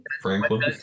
Franklin